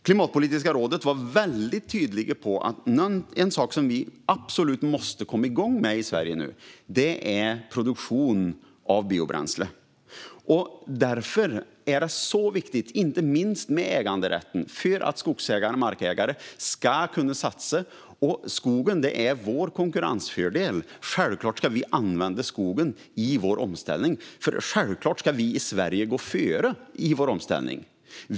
Klimatpolitiska rådet var väldigt tydliga med att en sak som vi absolut måste komma igång med i Sverige nu är produktion av biobränsle. Därför är det så viktigt med inte minst äganderätten för att skogs och markägare ska kunna satsa. Skogen är vår konkurrensfördel. Självklart ska vi använda skogen i vår omställning, för vi i Sverige ska självklart gå före i omställningen.